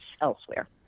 elsewhere